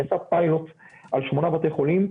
נעשה פיילוט על שמונה בתי חולים.